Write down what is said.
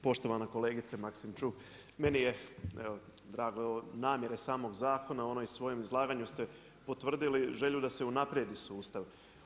Poštovana kolegice Maksimčuk, meni je drago namjere samog zakona, u svom izlaganju ste potvrdili želju da se unaprijedi sustav.